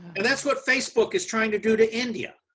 and that's what facebook is trying to do to india,